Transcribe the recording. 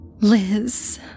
Liz